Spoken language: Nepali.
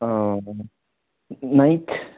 अँ नाइक